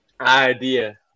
idea